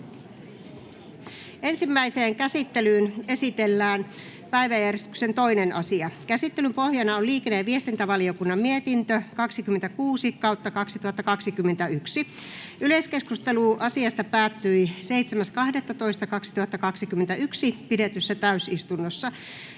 Ensimmäiseen käsittelyyn esitellään päiväjärjestyksen 2. asia. Käsittelyn pohjana on liikenne- ja viestintävaliokunnan mietintö LiVM 26/2021 vp. Yleiskeskustelu asiasta päättyi 7.12.2021 pidetyssä täysistunnossa.